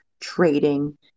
trading